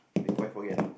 before I forget